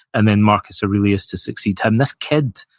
and then marcus aurelius to succeed him. this kid,